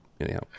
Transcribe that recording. anyhow